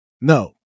no